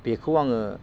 बेखौ आङो